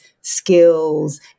skills